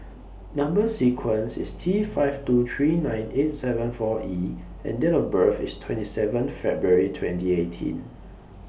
Number sequence IS T five two three nine eight seven four E and Date of birth IS twenty seven February twenty eighteen